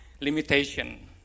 Limitation